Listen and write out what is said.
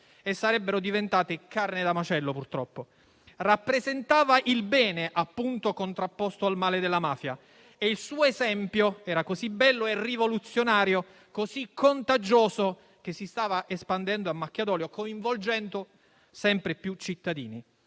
e sarebbero diventati, purtroppo, carne da macello. Egli rappresentava appunto il bene, contrapposto al male della mafia, e il suo esempio era così bello e rivoluzionario, così contagioso, che si stava espandendo a macchia d'olio, coinvolgendo sempre più cittadini.